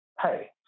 hey